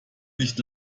nicht